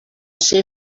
ser